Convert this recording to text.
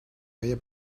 feia